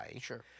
Sure